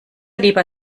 lieber